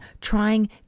trying